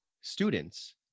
students